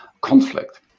conflict